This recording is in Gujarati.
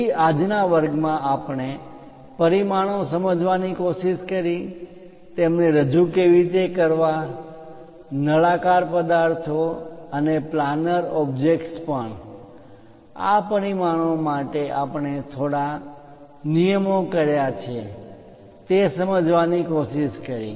તેથી આજના વર્ગમાં આપણે પરિમાણો સમજવાની કોશિશ કરી તેમને રજુ કેવી રીતે કરવા નળાકાર પદાર્થો અને પ્લાનર ઓબ્જેક્ટ પણ આ પરિમાણો માટે આપણે થોડા નિયમો કયા છે તે સમજવાની કોશિશ કરી